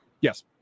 Yes